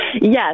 Yes